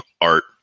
art